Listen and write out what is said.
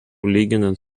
lyginant